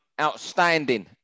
outstanding